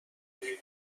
نمیشدیم